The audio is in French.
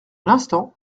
l’instant